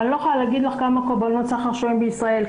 אבל אני לא יכולה להגיד לך כמה קורבנות סחר נמצאים בישראל.